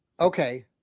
Okay